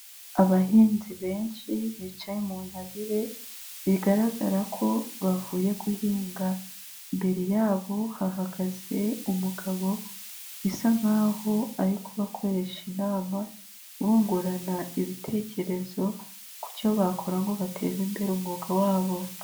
Abahinzi benshi bicaye mu ntabire, bigaragara ko bavuye guhinga, imbere yabo hahagaze umugabo bisa nk'aho ari kubakoresha inama, bungurana ibitekerezo ku cyo bakora ngo bateza imbere umwuga wabo.